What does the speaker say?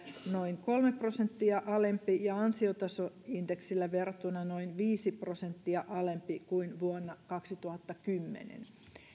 noin kolme prosenttia alempi ja ansiotasoindeksillä verrattuna noin viisi prosenttia alempi kuin vuonna kaksituhattakymmenen